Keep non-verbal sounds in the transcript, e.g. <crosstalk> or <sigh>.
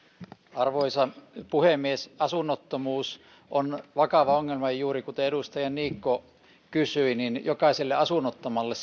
arvoisa puhemies asunnottomuus on vakava ongelma ja kuten edustaja niikko juuri sanoi jokaiselle asunnottomalle <unintelligible>